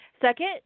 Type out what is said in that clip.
Second